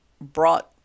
brought